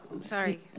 sorry